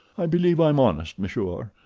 i believe i'm honest, monsieur,